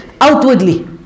outwardly